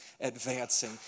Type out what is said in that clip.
advancing